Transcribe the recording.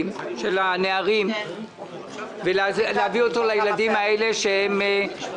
של הנערים וכן נושא הילדים האלרגיים.